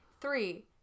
three